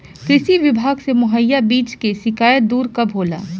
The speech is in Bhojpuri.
कृषि विभाग से मुहैया बीज के शिकायत दुर कब होला?